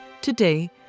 Today